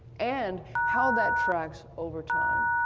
and how that tracks over time.